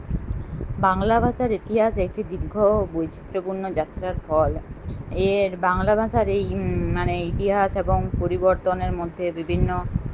বাংলা ভাষার ইতিহাস একটি দীর্ঘ বৈচিত্র্যপূর্ণ যাত্রার ফল এর বাংলা ভাষার এই মানে ইতিহাস এবং পরিবর্তনের মধ্যে বিভিন্ন